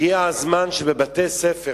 הגיע הזמן שבבתי-ספר,